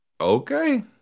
Okay